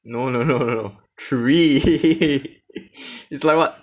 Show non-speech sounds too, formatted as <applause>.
no no no no no three <laughs> it's like what